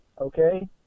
Okay